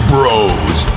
Bros